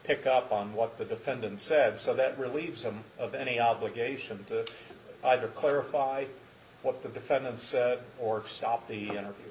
pick up on what the defendant said so that relieves them of any obligation to either clarify what the defendant or to stop the interview